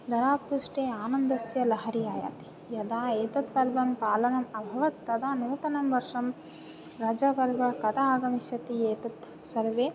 धरापृष्ठे आनन्दस्य लहरी आयाति यदा एतद् पर्वं पालनम् अभवत तदानीं नूतन वर्षं रजपर्व कदा आगमिष्यति एतद् सर्वे